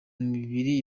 mibiri